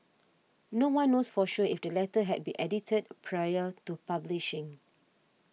no one knows for sure if the letter had been edited prior to publishing